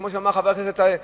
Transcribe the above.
כמו שאמר חבר הכנסת מיכאלי,